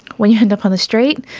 when you end up on the street,